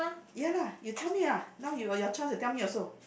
ya lah you tell me lah now your your chance to tell me also